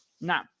Now